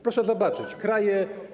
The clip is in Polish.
Proszę zobaczyć, kraje.